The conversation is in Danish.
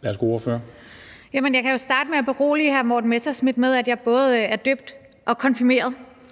Kl. 14:24 Formanden (Henrik Dam Kristensen): Værsgo til ordføreren. Kl. 14:24 Rosa Lund (EL): Jeg kan jo starte med at berolige hr. Morten Messerschmidt med, at jeg både er døbt og konfirmeret,